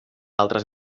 altres